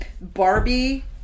Barbie